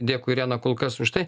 dėkui irena kol kas už tai